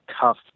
tough